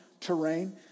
terrain